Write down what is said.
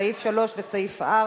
סעיפים 4-3,